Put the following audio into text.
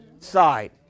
side